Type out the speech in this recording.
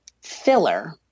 filler